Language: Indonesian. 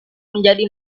menjadi